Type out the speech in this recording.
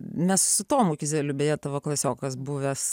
mes su tomu kizeliu beje tavo klasiokas buvęs